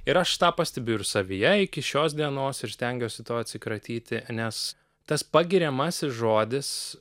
ir aš tą pastebiu ir savyje iki šios dienos ir stengiuosi to atsikratyti nes tas pagiriamasis žodis